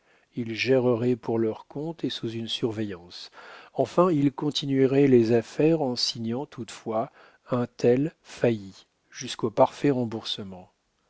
il gérerait pour leur compte et sous une surveillance enfin il continuerait les affaires en signant toutefois un tel failli jusqu'au parfait remboursement